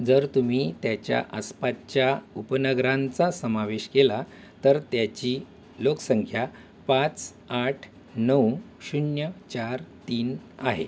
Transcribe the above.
जर तुम्ही त्याच्या आसपाच्च्या उपनगरांचा समावेश केला तर त्याची लोकसंख्या पाच आठ नऊ शून्य चार तीन आहे